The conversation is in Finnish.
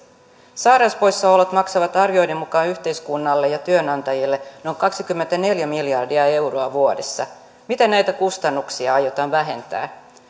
sairauspoissaolot maksavat arvioiden mukaan yhteiskunnalle ja työnantajille noin kaksikymmentäneljä miljardia euroa vuodessa miten näitä kustannuksia aiotaan vähentää